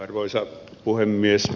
arvoisa puhemies